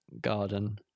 garden